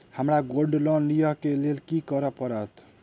हमरा gold loan लिय केँ लेल की करऽ पड़त?